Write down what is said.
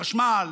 חשמל,